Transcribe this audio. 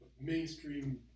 mainstream